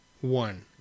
One